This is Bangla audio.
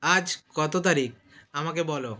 আজ কত তারিখ আমাকে বলো